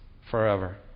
forever